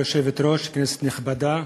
כבוד היושבת-ראש, כנסת נכבדה,